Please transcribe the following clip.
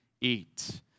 eat